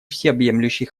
всеобъемлющий